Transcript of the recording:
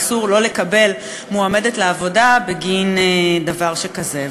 ואסור לא לקבל מועמדת לעבודה בגין דבר שכזה.